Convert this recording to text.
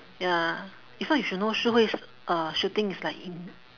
ya if not you should know shi hui's uh shooting is like in